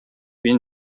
been